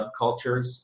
subcultures